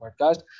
podcast